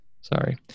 Sorry